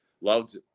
loved